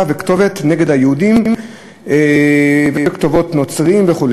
וכתובת נגד היהודים וכתובות נוצריות וכו'.